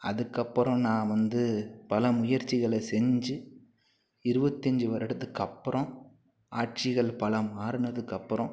அதுக்கப்புறம் நான் வந்து பல முயற்சிகளை செஞ்சு இருபத்தஞ்சு வருடத்துக்கு அப்புறம் ஆட்சிகள் பல மாறினதுக்கு அப்புறம்